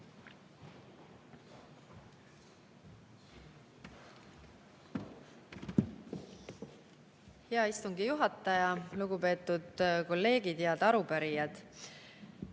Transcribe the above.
Hea istungi juhataja! Lugupeetud kolleegid! Head arupärijad!